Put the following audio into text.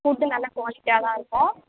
food நல்லா குவாலிட்டியாக தான் இருக்கும்